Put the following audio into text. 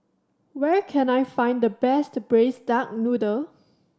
where can I find the best Braised Duck Noodle